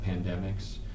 pandemics